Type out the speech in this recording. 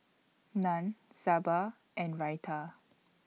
Naan Sambar and Raita